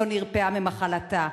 לא נרפאה ממחלתה.